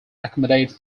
accommodate